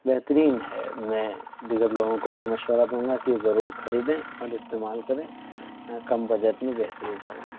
بہترین ہے میں دیگر لوگوں کو بھی مشورہ دوں گا کہ ضرور خریدیں اور استعمال کریں کم بجٹ میں بہترین سامان